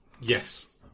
Yes